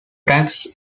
tracks